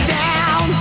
down